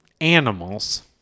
Animals